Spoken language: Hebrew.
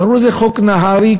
קראו לזה חוק נהרי.